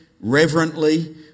reverently